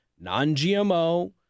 non-GMO